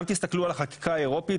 גם תסתכלו על החקיקה האירופית.